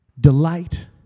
delight